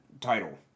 title